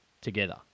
together